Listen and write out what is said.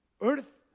earth